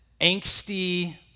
angsty